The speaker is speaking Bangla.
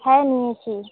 হ্যাঁ নিয়েছি